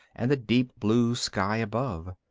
and the deep blue sky above.